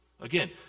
Again